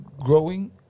growing